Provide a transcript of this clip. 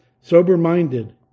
sober-minded